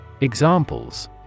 Examples